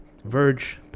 Verge